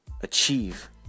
achieve